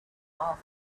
after